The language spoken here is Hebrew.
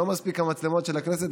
לא מספיק המצלמות של הכנסת,